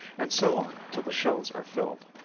and so on till the shells are filled,